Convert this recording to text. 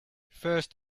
first